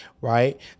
right